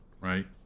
right